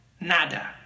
Nada